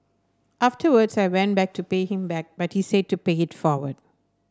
afterwards I went back to pay him back but he said to pay it forward